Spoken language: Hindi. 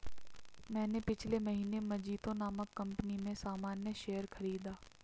मैंने पिछले महीने मजीतो नामक कंपनी में सामान्य शेयर खरीदा